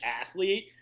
athlete